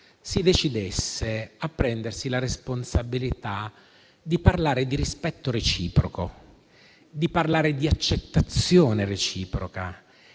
si decidesse a prendersi la responsabilità di parlare di rispetto reciproco, di accettazione reciproca,